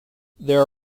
there